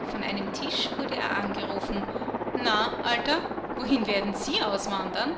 von einem tisch wurde er angerufen na alter wohin werden sie auswandern